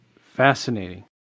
Fascinating